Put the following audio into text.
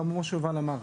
כמו שיובל אמר,